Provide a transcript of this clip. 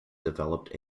developed